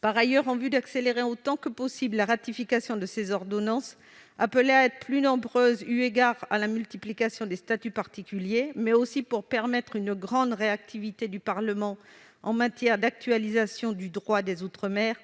par ailleurs, d'accélérer autant que possible la ratification de ces ordonnances appelées à être plus nombreuses, eu égard à la multiplication des statuts particuliers, mais aussi de permettre une plus grande réactivité du Parlement en matière d'actualisation du droit des outre-mer,